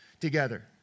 together